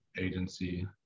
agency